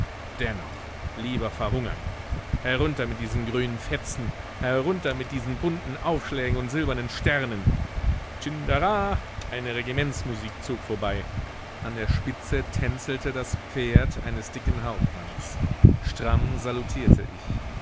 dennoch lieber verhungern herunter mit diesen grünen fetzen herunter mit diesen bunten aufschlägen und silbernen sternen tschindara eine regimentsmusik zog vorbei an der spitze tänzelte das pferd eines dicken hauptmanns stramm salutierte ich